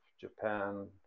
Japan